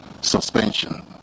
suspension